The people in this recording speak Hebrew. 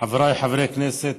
חבריי חברי הכנסת,